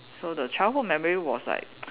so the childhood memory was like